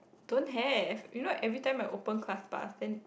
don't have you know every time I open Class Pass then